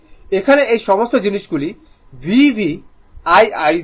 এখানে এই সমস্ত জিনিসগুলি V V ' I I ' দেওয়া হয়